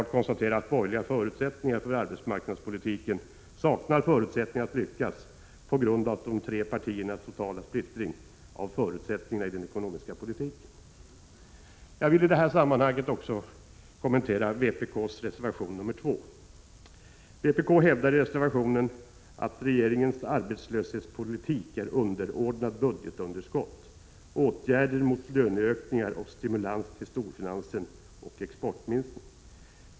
Jag konstaterar också att de borgerliga partierna saknar förutsättningar att lyckas när det gäller arbetsmarknadspolitiken på grund av de borgerligas totala splittring när det gäller förutsättningarna för den ekonomiska politiken. Jag vill i detta sammanhang också kommentera vpk:s reservation 2. Vpk hävdar i reservationen att regeringens arbetslöshetspolitik är underordnad budgetunderskott, åtgärder mot löneökningar och stimulans till storfinans och exportinriktning.